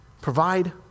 Provide